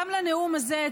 גם לנאום הזה,